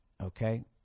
okay